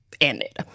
ended